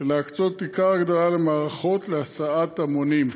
ולהקצות את עיקר ההגדלה למערכות להסעת המונים.